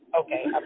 okay